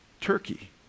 Turkey